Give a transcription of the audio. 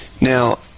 Now